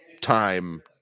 time